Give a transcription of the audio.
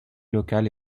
locale